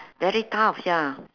very tough ya